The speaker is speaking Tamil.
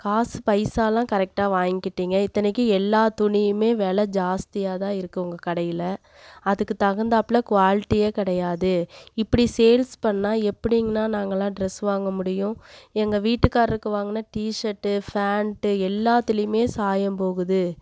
காஸு பைஸாலாம் கரெக்டாக வாங்கிட்டிங்க இத்தனைக்கும் எல்லா துணியுமே வெலை ஜாஸ்தியாகதான் இருக்குது உங்கள் கடையில் அதுக்கு தகுந்தாப்போல குவாலிட்டியே கிடையாது இப்படி சேல்ஸ் பண்ணால் எப்படிங்ண்ணா நாங்கலாம் ட்ரெஸ் வாங்க முடியும் எங்கள் வீட்டுக்காரருக்கு வாங்கின டீஷேர்ட்டு ஃபேண்ட்டு எல்லாத்துலேயுமே சாயம் போகுது